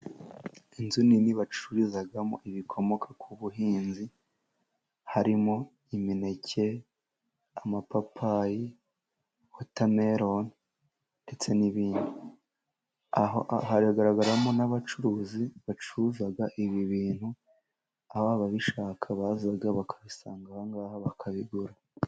Inzu nini bacururizamo ibikomoka ku buhinzi, harimo imineke, amapapayi, wotameroni ndetse n'ibindi, hagaragaramo n'abacuruzi bacuruza ibi bintu ababishaka baza bakabisanga aha ngaha bakabigura.